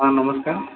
ହଁ ନମସ୍କାର